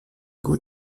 gut